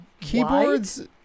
Keyboards